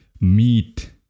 meat